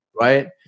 right